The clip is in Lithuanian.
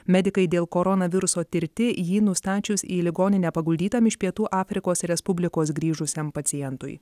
medikai dėl koronaviruso tirti jį nustačius į ligoninę paguldytam iš pietų afrikos respublikos grįžusiam pacientui